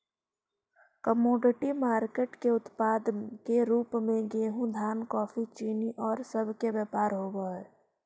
commodity market के उत्पाद के रूप में गेहूं धान कॉफी चीनी औउर सब के व्यापार होवऽ हई